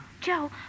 Joe